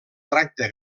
tracte